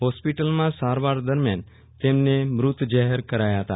હોસ્પિટલમાં સારવાર દરમ્યાન તેમને મૃત જાહેર કરાયા હતા